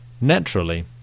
Naturally